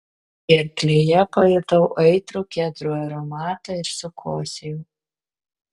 gerklėje pajutau aitrų kedrų aromatą ir sukosėjau